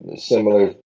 similar